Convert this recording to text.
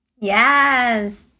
Yes